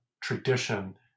tradition